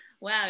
wow